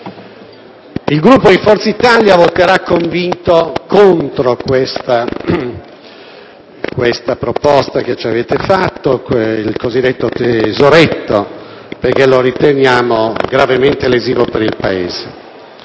il Gruppo di Forza Italia voterà convinto contro questa proposta che ci avete fatto, il cosiddetto tesoretto, perché lo riteniamo gravemente lesivo per il Paese